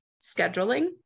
scheduling